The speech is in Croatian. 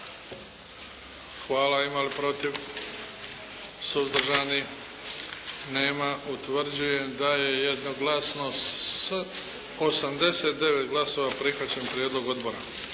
Hvala. Ima li protiv? Suzdržanih? Nema. Utvrđujem da je jednoglasno s 89 glasova, prihvaćen prijedlog odbora.